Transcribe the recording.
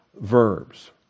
verbs